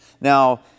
Now